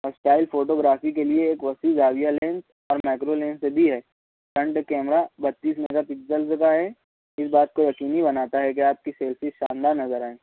اور style photography کے لیے ایک وسیع زاویہ لینس اور میکرو لینس بھی ہے فرنٹ کیمرہ بتیس میگا پکزلس کا ہے اس بات کو یقینی بناتا ہے کہ آپ کی سیلفیز شاندار نظر آئیں